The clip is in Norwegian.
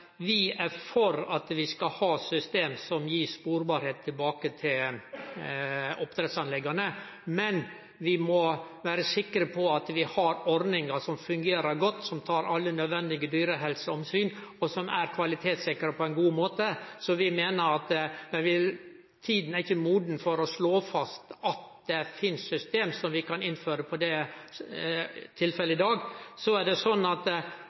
vi er for at vi skal ha system som gir sporbarheit tilbake til oppdrettsanlegga, men vi må vere sikre på at vi har ordningar som fungerer godt, som tar alle nødvendige dyrehelseomsyn, og som er kvalitetssikra på ein god måte. Vi meiner at tida ikkje er moden for å slå fast at det finst system som vi kan innføre i dag. Inntil vi får på plass system som kan gi sporbarheit tilbake til den riktige årsaka, er det